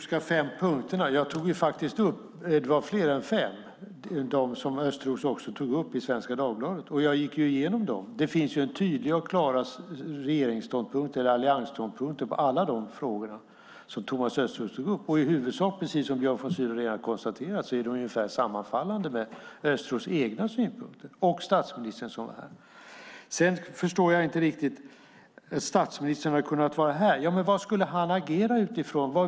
Fru talman! Först var det frågan om de fem Östroska punkterna. De punkter Östros tog upp i Svenska Dagbladet var fler än fem. Jag gick igenom dem. Det finns tydliga och klara alliansståndpunkter i alla de frågor som Thomas Östros tog upp. I huvudsak, precis som Björn von Sydow redan har konstaterat, sammanfaller de med Östros egna synpunkter - och statsministerns. Jag förstår inte vad som menas med att statsministern hade kunnat vara här. Vad skulle han agera utifrån?